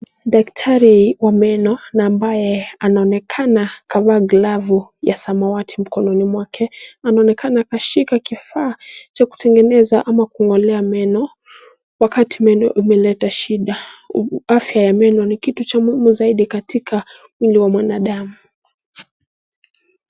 Daktari wa meno na ambaye anaonekana kavaa glavu ya samawati mkononi mwake, anaonekana kashika kifaa cha kutengeneza ama kung'olea meno wakati meno imeleta shida. Afya ya meno ni kitu cha muhimu sana katika mwili wa mwanadamu.